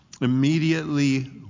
immediately